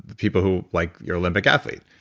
people who like your olympic athlete.